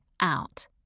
out